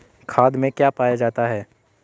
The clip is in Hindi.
खाद में क्या पाया जाता है?